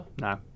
No